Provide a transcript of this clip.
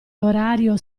orario